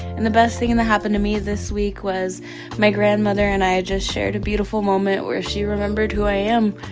and the best thing and to happen to me this week was my grandmother and i just shared a beautiful moment where she remembered who i am.